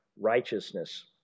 Righteousness